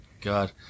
God